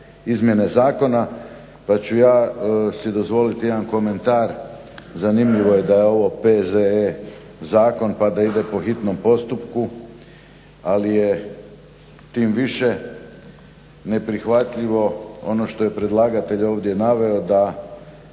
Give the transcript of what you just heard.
izmjene zakona, pa ću ja si dozvoliti jedan komentar. Zanimljivo je da je ovo P.Z.E. zakon, pa da ide po hitnom postupku, ali je tim više neprihvatljivo ono što je predlagatelj ovdje naveo da